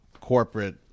corporate